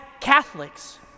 Catholics